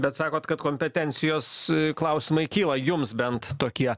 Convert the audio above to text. bet sakot kad kompetencijos klausimai kyla jums bent tokie